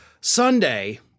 Sunday